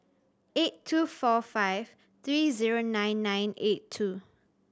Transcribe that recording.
eight two four five three zero nine nine eight two